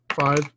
Five